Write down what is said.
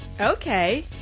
okay